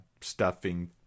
stuffing